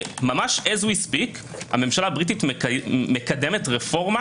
ממש בזמן שאנו מדברים הממשלה הבריטית מקדמת רפורמה